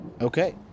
Okay